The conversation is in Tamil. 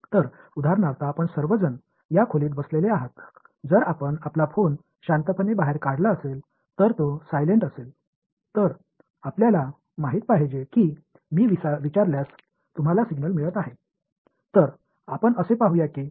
எனவே உதாரணமாக நீங்கள் அனைவரும் இந்த அறையில் இங்கே அமர்ந்திருக்கிறீர்கள் உங்கள் செயல்படும் நிலையில் உள்ள தொலைபேசிகளை நம்பிக்கையுடன் வெளியே எடுத்த பார்த்தாள் அது சமிக்ஞையை பெற்றுக் கொண்டு இருப்பதை நீங்கள் பார்ப்பீர்கள்